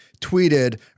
tweeted